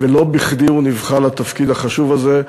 ולא בכדי הוא נבחר לתפקיד החשוב הזה.